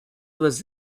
was